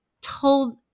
told